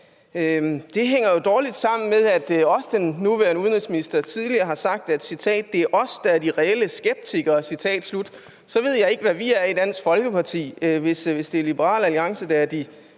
Det hænger jo dårligt sammen med det, den nuværende udenrigsminister tidligere har sagt: »Det er os, der er de reelle skeptikere«. Så ved jeg ikke, hvad vi er i Dansk Folkeparti, hvis det er Liberal Alliance, der er de